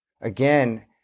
again